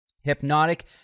Hypnotic